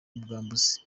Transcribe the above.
ubwambuzi